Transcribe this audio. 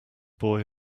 boy